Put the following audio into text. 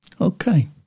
Okay